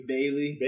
Bailey